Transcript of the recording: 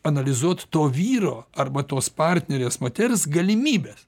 analizuot to vyro arba tos partnerės moters galimybes